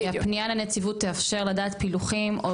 כי הפנייה לנציבות תאפשר לדעת פילוחים או